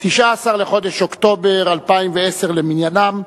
19 באוקטובר 2010 למניינם,